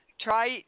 Try